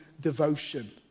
devotion